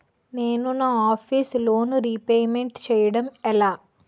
నేను నా office loan repayment చేయడం ఎలా?